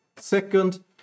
Second